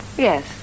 Yes